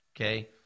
okay